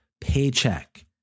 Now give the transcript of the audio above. paycheck